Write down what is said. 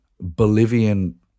Bolivian